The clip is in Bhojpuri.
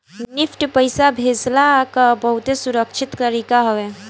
निफ्ट पईसा भेजला कअ बहुते सुरक्षित तरीका हवे